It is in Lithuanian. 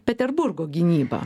peterburgo gynybą